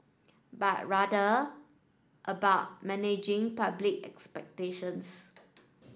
but rather about managing public expectations